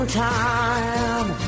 time